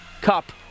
Cup